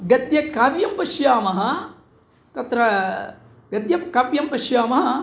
गद्यकाव्यं पश्यामः तत्र गद्यकाव्यं पश्यामः